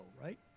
right